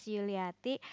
Yuliati